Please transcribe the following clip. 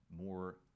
more